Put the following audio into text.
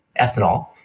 ethanol